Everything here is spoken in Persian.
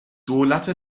دولت